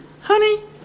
honey